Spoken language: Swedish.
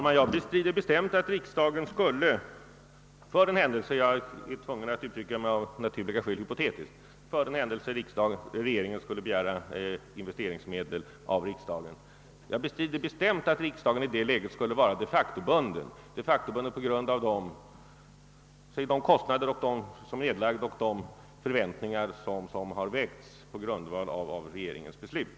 "Herr talman! För den händelse — denna diskussion måste av naturliga skäl vara hypotetisk — regeringen skulle begära investeringsmedel av riksdagen, bestrider jag bestämt att riksdagen i. ett sådant läge de facto skulle vara bunden på grund av de kostnader som nedlagts och de förväntningar som väckts med anledning av regeringens beslut.